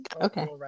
Okay